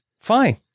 Fine